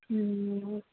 ಹ್ಞೂ ಹ್ಞೂ